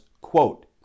quote